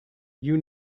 you